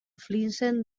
flinsen